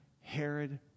Herod